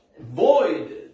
void